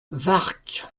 warcq